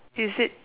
is it